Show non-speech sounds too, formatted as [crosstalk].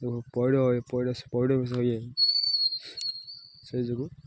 ବହୁ ପଇଡ଼ ଏ ପଇଡ଼ ସେ ପଇଡ଼ [unintelligible] ସେଇ ଯୋଗୁଁ